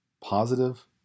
positive